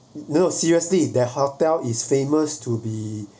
no seriously the hotel is famous to be